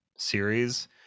series